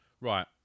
Right